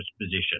position